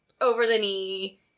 over-the-knee